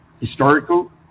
Historical